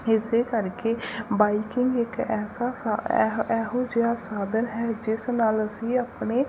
ਇਸ ਕਰਕੇ ਬਾਈਕਿੰਗ ਇੱਕ ਐਸਾ ਸਾ ਐ ਇਹੋ ਜਿਹਾ ਸਾਧਨ ਹੈ ਜਿਸ ਨਾਲ ਅਸੀਂ ਆਪਣੇ